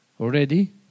already